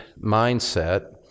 mindset